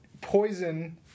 Poison